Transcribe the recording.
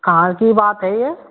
कहाँ की बात है ये